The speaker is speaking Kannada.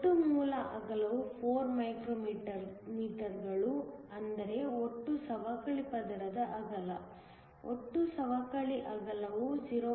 ಒಟ್ಟು ಮೂಲ ಅಗಲವು 4 ಮೈಕ್ರೋಮೀಟರ್ಗಳುಅಂದರೆ ಒಟ್ಟು ಸವಕಳಿ ಪದರದ ಅಗಲ ಒಟ್ಟು ಸವಕಳಿ ಅಗಲವು 0